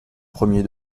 premier